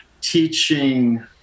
teaching